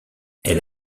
elle